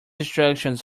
instructions